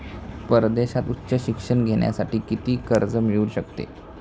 परदेशात उच्च शिक्षण घेण्यासाठी किती कर्ज मिळू शकते?